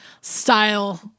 style